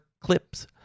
clips